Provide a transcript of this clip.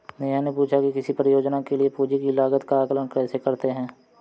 नेहा ने पूछा कि किसी परियोजना के लिए पूंजी की लागत का आंकलन कैसे करते हैं?